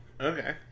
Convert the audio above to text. Okay